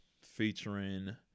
featuring